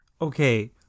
okay